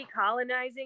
decolonizing